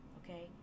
okay